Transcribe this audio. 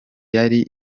yari